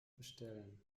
bestellen